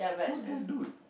who's that dude